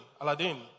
Aladdin